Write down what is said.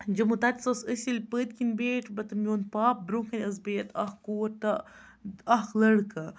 جموں تَتٮ۪س اوس أسۍ ییٚلہِ پٔتھۍ کِنۍ بیٖٹھۍ بہٕ تہٕ میون پاپہٕ بروںٛہہ کَنہِ ٲس بِہِتھ اَکھ کوٗر تہٕ اَکھ لٔڑکہٕ